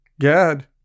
Gad